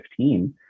2015